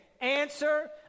answer